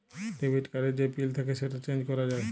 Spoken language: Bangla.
ডেবিট কার্ড এর যে পিল থাক্যে সেটা চেঞ্জ ক্যরা যায়